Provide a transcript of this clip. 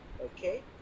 okay